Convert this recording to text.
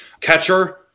Catcher